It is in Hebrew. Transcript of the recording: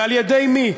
ועל-ידי מי?